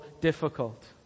difficult